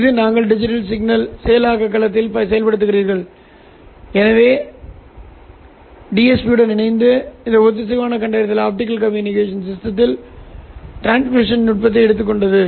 இன்று நீங்கள் digital signal செயலாக்க களத்தில் செயல்படுத்துகிறீர்கள் எனவே டிஎஸ்பியுடன் இணைந்து இந்த ஒத்திசைவான கண்டறிதல் ஆப்டிகல் கம்யூனிகேஷன் சிஸ்டத்தில் டிரான்ஸ்மிஷன் நுட்பத்தை எடுத்துக்கொண்டது